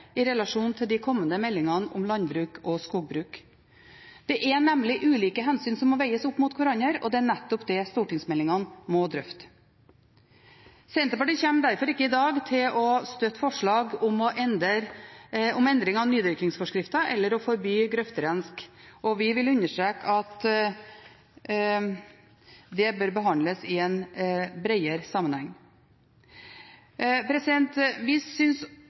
i relasjon til de kommende meldingene om landbruk og skogbruk. Det er nemlig ulike hensyn som må veies opp mot hverandre, og det er nettopp det stortingsmeldingene må drøfte. Senterpartiet kommer derfor ikke i dag til å støtte forslag om endring av nydyrkingsforskriften eller å forby grøfterensk, og vi vil understreke at det bør behandles i en bredere sammenheng. Som representanten Hansson var inne på, er vi